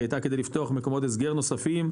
היא הייתה כדי לפתוח מקומות הסגר נוספים,